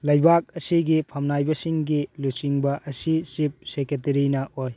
ꯂꯩꯕꯥꯛ ꯑꯁꯤꯒꯤ ꯐꯝꯅꯥꯏꯅꯕꯁꯤꯡꯒꯤ ꯂꯨꯆꯤꯡꯕ ꯑꯁꯤ ꯆꯤꯐ ꯁꯦꯀ꯭ꯔꯦꯇꯔꯤꯅ ꯑꯣꯏ